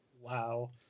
Wow